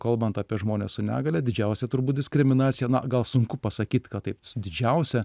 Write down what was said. kalbant apie žmones su negalia didžiausią turbūt diskriminaciją na gal sunku pasakyt kad taip su didžiausia